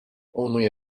only